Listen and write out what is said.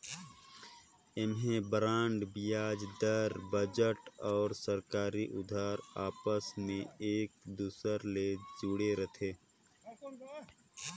ऐम्हें बांड बियाज दर, बजट अउ सरकारी उधार आपस मे एक दूसर ले जुड़े रथे